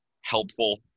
helpful